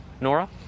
Nora